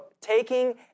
taking